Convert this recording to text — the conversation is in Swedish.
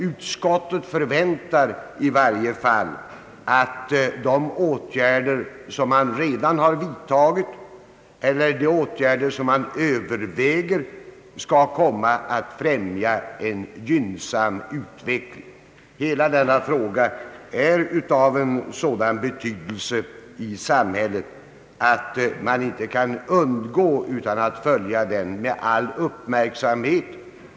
Utskottet förväntar i varje fall att de åtgärder som man redan har vidtagit eller de åtgärder som man överväger skall komma att främja en gynnsam utveckling. Hela denna fråga är av sådan betydelse i samhället, att man inte kan underlåta att följa den med uppmärksamhet.